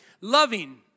loving